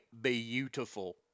beautiful